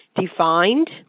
defined